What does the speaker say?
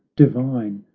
divine,